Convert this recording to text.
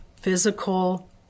physical